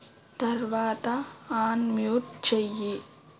తర్వాత అన్మ్యూట్ చెయ్యి